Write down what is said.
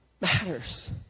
matters